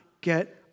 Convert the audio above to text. get